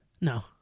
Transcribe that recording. No